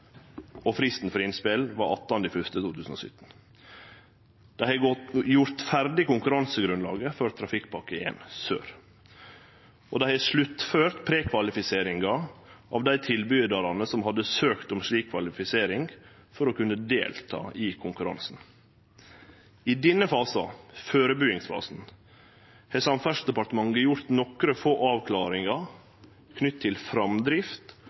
og fristen for innspel var 18. januar 2017. Dei har gjort ferdig konkurransegrunnlaget for Trafikkpakke 1 Sør. Dei har sluttført prekvalifiseringa av dei tilbydarane som hadde søkt om slik kvalifisering for å kunne delta i konkurransen. I denne fasen, førebuingsfasen, har Samferdselsdepartementet gjort nokre få avklaringar knytte til framdrift